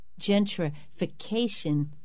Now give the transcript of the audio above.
gentrification